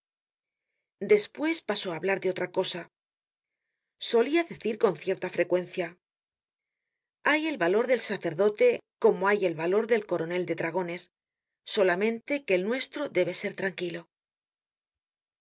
despues pasó á hablar de otra cosa solia decir con cierta frecuencia hay el valor del sacerdote como hay el valor del coronel de dragones solamente que ej nuestro debe ser tranquilo